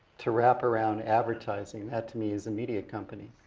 to wrap around advertising. that to me is a media company,